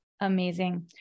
Amazing